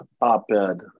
op-ed